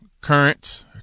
current